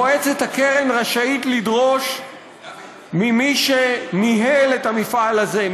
מועצת הקרן רשאית לדרוש ממי שניהל את המפעל הזה,